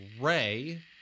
Ray